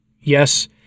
Yes